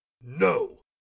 no